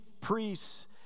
priests